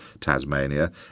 Tasmania